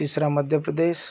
तिसरा मध्य प्रदेश